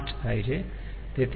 5 થાય છે